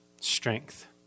strength